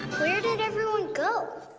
where did everyone go?